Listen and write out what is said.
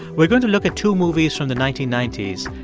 we're going to look at two movies from the nineteen ninety s,